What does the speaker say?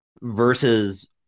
versus